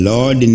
Lord